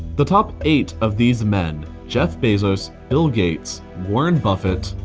the top eight of these men jeff bezos, bill gates, warren buffet,